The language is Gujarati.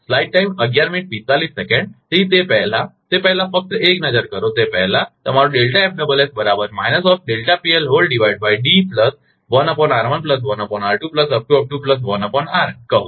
તેથી તે પહેલાં તે પહેલાં ફક્ત એક નજર કરો તે પહેલાં તમારો કહો